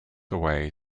away